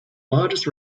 largest